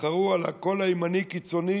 יתחרו על הקול הימני הקיצוני